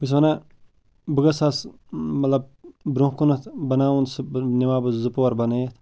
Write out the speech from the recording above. بہٕ چھُس وَنان بہٕ گژھہا سُہ مطلب برٛونٛہہ کُنَتھ بَناوُن سُہ بہٕ نِمہٕ ہا بہٕ زٕ پور بَنٲیِتھ